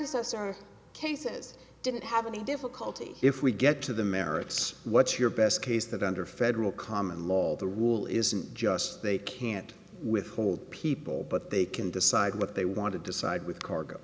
predecessor cases didn't have any difficulty if we get to the merits what's your best case that under federal common law the rule isn't just they can't withhold people but they can decide what they want to decide with cargo